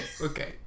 Okay